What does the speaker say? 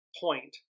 point